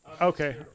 Okay